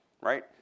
right